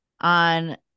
on